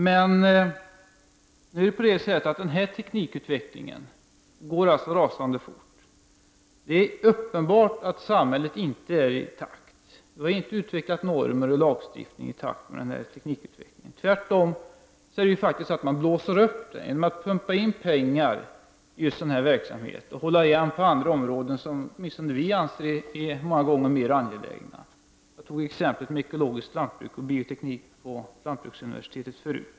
Men den här teknikutvecklingen går rasande fort. Det är uppenbart att samhället inte är i takt. Samhället har inte utvecklat normer och lagstiftning i takt med denna teknikutveckling. Tvärtom blåser man upp den genom att pumpa in pengar i just sådan här verksamhet och hålla igen på andra områden, som åtminstone vi många gånger anser vara mera angelägna. Jag tog exemplet med ekologiskt lantbruk och bioteknik på lantbruksuniversitetet förut.